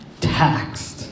taxed